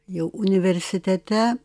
jau universitete